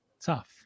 tough